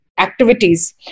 Activities